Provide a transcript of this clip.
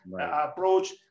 approach